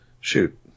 Shoot